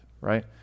Right